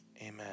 amen